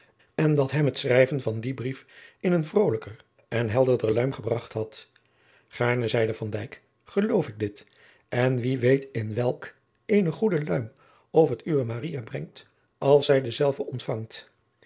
en dat hem het schrijven van dien brief in een vrolijker en helderder luim gebragt had gaarne zeide van dijk geloof ik dit en wie weet in welk eene goede luim of het uwe maria brengt als zij denzelven ontvangt